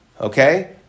Okay